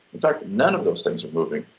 in fact, none of those things are moving,